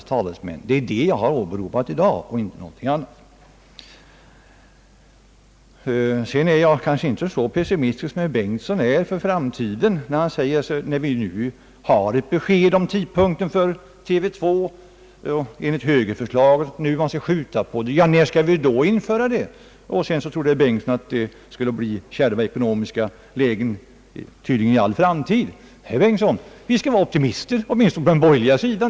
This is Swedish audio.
Det är detta som jag har åberopat i dag och ingenting annat. Sedan är jag kanske inte så pessimistisk som herr Bengtson är inför framtiden. Han säger att vi nu har ett besked om tidpunkten för TV 2, men att högerpartiet dock vill skjuta på den tidpunkten samt frågar: När skall vi då införa TV 2? Herr Bengtson trodde tydligen att det skulle bli kärva ekonomiska förhållanden i all framtid. Vi måste vara optimister, herr Bengtson, åtminstone på den borgerliga sidan!